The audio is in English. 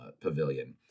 pavilion